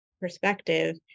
perspective